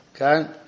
Okay